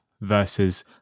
versus